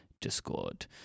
discord